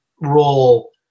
role